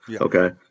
Okay